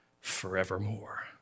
forevermore